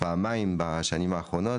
פעמיים בשנים האחרונות,